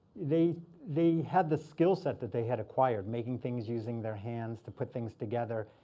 they they had the skill set that they had acquired making things using their hands to put things together.